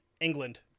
England